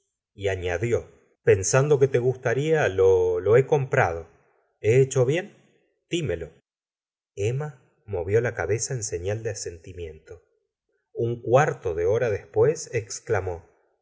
y añadió gustavo flamuert pensando que te gustaría lo he comprado he hecho bien dímelo emma movió la cabeza en sesal de asentimiento un cuarto de hora después exclamó